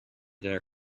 their